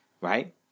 Right